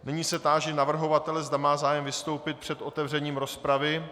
Nyní se táži navrhovatele, zda má zájem vystoupit před otevřením rozpravy.